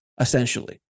essentially